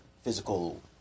physical